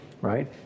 right